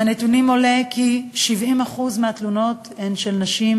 מהנתונים עולה כי 70% מהתלונות הן של נשים